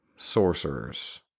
sorcerers